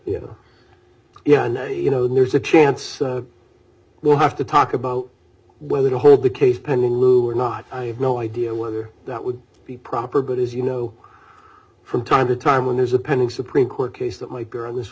know yeah now you know there's a chance we'll have to talk about whether to hold the case pending lou or not i have no idea whether that would be proper but as you know from time to time when there's a pending supreme court case that my girl